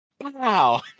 wow